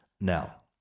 Now